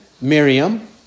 Miriam